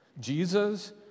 Jesus